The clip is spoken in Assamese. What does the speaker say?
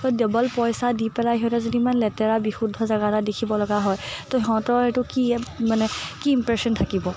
ত' ডাবল পইচা দি পেলাই সিহঁতে যদি ইমান লেতেৰা বিশুদ্ধ জেগা এটা দেখিব লগা হয় ত' সিহঁতৰ এইটো কি মানে কি ইমপ্ৰেছন থাকিব